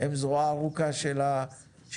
הן זרוע ארוכה של הרגולטור.